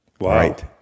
Right